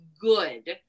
Good